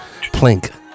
Plink